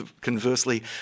conversely